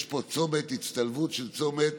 יש פה הצטלבות, צומת